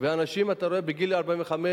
אתה רואה אנשים בגיל 45,